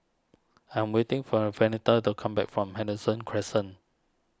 I'm waiting for Venita to come back from Henderson Crescent